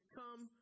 come